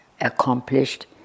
accomplished